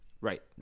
Right